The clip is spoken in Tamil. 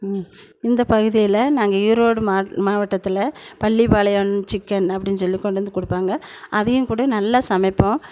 இந்த பகுதியில் நாங்கள் ஈரோடு மாவட்டத்தில் பள்ளிப்பாளையம் சிக்கன் அப்படின்னு சொல்லி கொண்டு வந்து கொடுப்பாங்க அதையும் கூட நல்லா சமைப்போம்